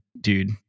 dude